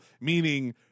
meaning –